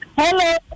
Hello